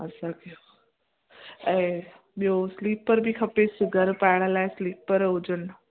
असांखे ऐं ॿियो स्लीपर बि खपेसि घर पायण लाइ स्लीपर हुजनि